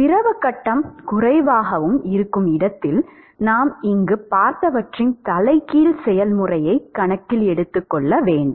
திரவ கட்டம் குறைவாகவும் இருக்கும் இடத்தில் நாம் இங்கு பார்த்தவற்றின் தலைகீழ் செயல்முறையை கணக்கில் எடுத்துக் கொள்ள வேண்டும்